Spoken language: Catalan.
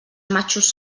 matxos